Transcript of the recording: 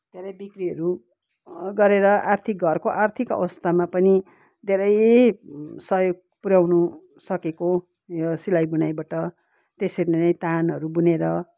धेरै बिक्रीहरू गरेर आर्थिक घरको आर्थिक अवस्थामा पनि धेरै सहयोग पुऱ्याउनु सकेको यो सिलाइ बुनाइबट त्यसरी नै तानहरू बुनेर